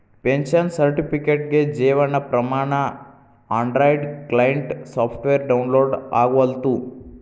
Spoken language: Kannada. ಪೆನ್ಷನ್ ಸರ್ಟಿಫಿಕೇಟ್ಗೆ Jeevan Pramaan Android client software download ಆಗವಲ್ತು